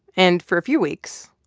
and for a few weeks,